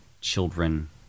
Children